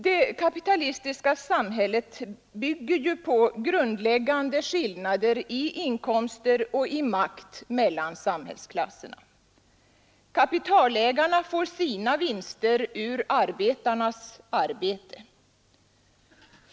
Det kapitalistiska systemet bygger på grundläggande skillnader i inkomst och i makt mellan samhällsklasserna. Kapitalägarna får sina vinster ur arbetarnas arbete.